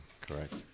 correct